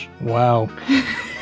Wow